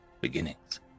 beginnings